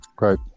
right